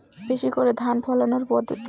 বেশি করে ধান ফলানোর পদ্ধতি?